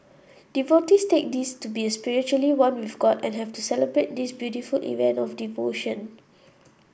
devotees take this to be a spiritually one with god and have to celebrate this beautiful event of devotion